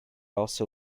also